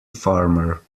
farmer